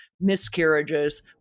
miscarriages